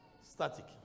static